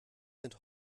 sind